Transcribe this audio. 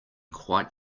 quite